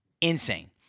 Insane